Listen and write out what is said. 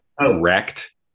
wrecked